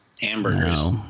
hamburgers